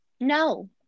no